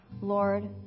Lord